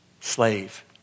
slave